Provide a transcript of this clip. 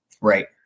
right